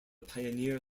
pioneer